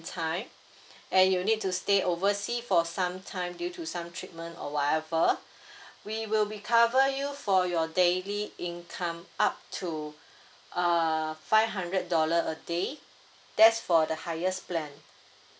time and you need to stay oversea for some time due to some treatment or whatever we will be cover you for your daily income up to err five hundred dollar a day that's for the highest plan